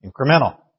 incremental